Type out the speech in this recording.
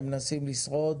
הם מנסים לשרוד